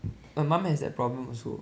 my mum has that problem also